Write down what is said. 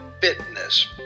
fitness